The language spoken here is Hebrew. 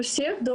ברוסית).